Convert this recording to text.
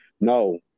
no